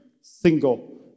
single